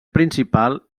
principal